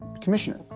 commissioner